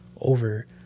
over